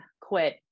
quit